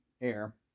air